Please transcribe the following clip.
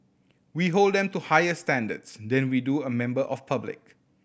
we hold them to higher standards than we do a member of public